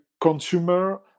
Consumer